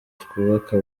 twubake